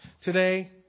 Today